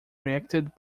reacted